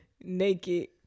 naked